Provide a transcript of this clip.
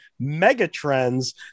megatrends